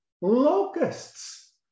locusts